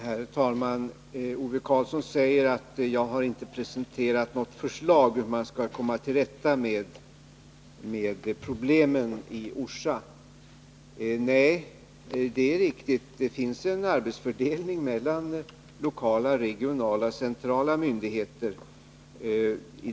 Herr talman! Ove Karlsson säger att jag inte presenterat något förslag om hur man skall komma till rätta med problemen i Orsa. Ja, det är riktigt. Det finns en arbetsfördelning mellan lokala, regionala och centrala myndigheter.